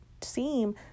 seem